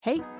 Hey